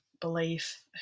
belief